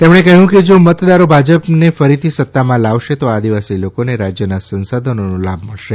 તેમણે કહ્યું કે જો મતદારો ભાજપને ફરીથી સત્તામાં લાવશે તો આદિવાસી લોકોને રાજ્યના સંસાધનોનો લાભ મળશે